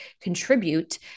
contribute